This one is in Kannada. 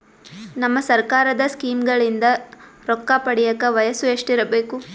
ನಮ್ಮ ಸರ್ಕಾರದ ಸ್ಕೀಮ್ಗಳಿಂದ ರೊಕ್ಕ ಪಡಿಯಕ ವಯಸ್ಸು ಎಷ್ಟಿರಬೇಕು?